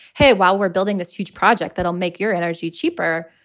hey, while we're building this huge project that'll make your energy cheaper,